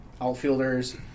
Outfielders